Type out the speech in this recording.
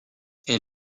est